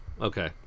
Okay